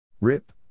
Rip